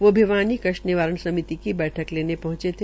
वो भिवानी कष्ट निवारण समिति की बैठक लेने पहंचे थे